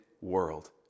world